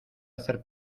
hacer